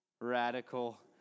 radical